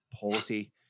policy